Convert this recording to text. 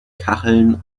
kacheln